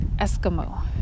Eskimo